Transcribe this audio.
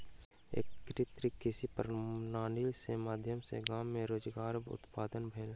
एकीकृत कृषि प्रणाली के माध्यम सॅ गाम मे रोजगार उत्पादन भेल